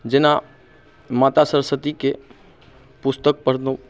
जेना माता सरस्वतीके पुस्तक पढ़लहुँ